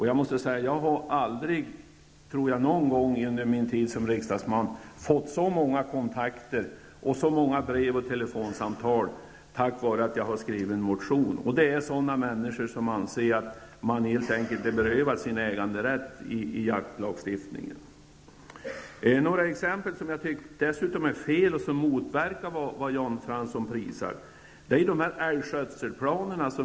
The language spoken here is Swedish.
Jag har aldrig under min tid som riksdagsman fått så många kontakter, så många brev och telefonsamtal på grund av att jag skrivit en motion. Det är människor som anser att de helt enkelt är berövade sin äganderätt i jaktlagstiftningen. Ett exempel på vad jag dessutom tycker är fel och som motverkar vad Jan Fransson prisar är dessa älgskötselplaner.